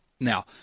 Now